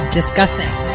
discussing